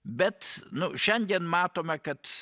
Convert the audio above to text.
bet nu šiandien matome kad